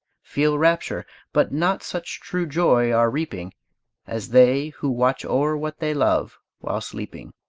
feel rapture but not such true joy are reaping as they who watch o'er what they love while sleeping.